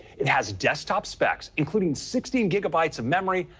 it has desktop specs, including sixteen gigabytes of memory,